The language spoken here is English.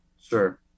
Sure